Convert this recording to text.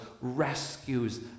rescues